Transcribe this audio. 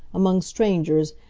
among strangers,